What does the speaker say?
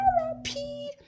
therapy